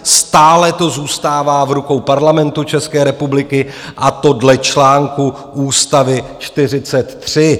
Stále to zůstává v rukou Parlamentu České republiky, a to dle články ústavy 43.